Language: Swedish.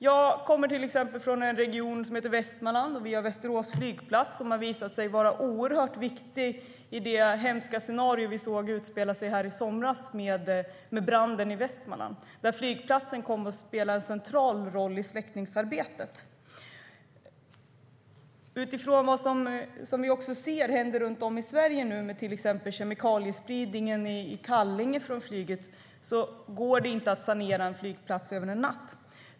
Jag kommer från en region som heter Västmanland. Vi har Västerås flygplats, som visade sig vara oerhört viktig i det hemska scenario vi såg utspela sig i somras med branden i Västmanland. Där kom flygplatsen att spela en central roll i släckningsarbetet. Vi ser utifrån det som händer runt om i Sverige nu, till exempel med kemikaliespridningen från flyget i Kallinge, att det inte går att sanera en flygplats över en natt.